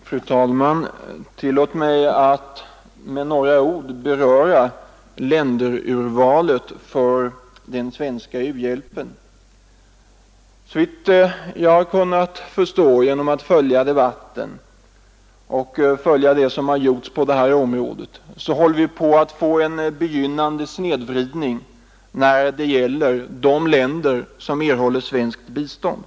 Fru talman! Tillåt mig att med några ord beröra urvalet av mottagarländer för den svenska u-hjälpen. Såvitt jag har kunnat förstå genom att följa debatten och följa det som har gjorts på detta område håller vi på att få en snedvridning när det gäller de länder som erhåller svenskt bistånd.